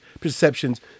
perceptions